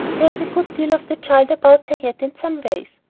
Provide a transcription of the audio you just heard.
there's a good deal of the child about her yet in some ways.